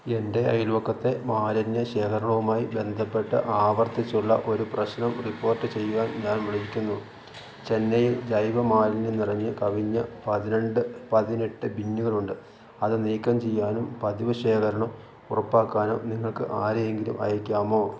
എൻ്റെ അയൽപക്കത്തെ മാലിന്യശേഖരണവുമായി ബന്ധപ്പെട്ട് ആവർത്തിച്ചുള്ള ഒരു പ്രശ്നം റിപ്പോർട്ട് ചെയ്യാൻ ഞാൻ വിളിക്കുന്നു ചെന്നൈയിൽ ജൈവ മാലിന്യം നിറഞ്ഞുകവിഞ്ഞ പതിനെട്ട് ബിന്നുകളുണ്ട് അത് നീക്കം ചെയ്യാനും പതിവ് ശേഖരണം ഉറപ്പാക്കാനും നിങ്ങള്ക്ക് ആരെയെങ്കിലും അയയ്ക്കാമോ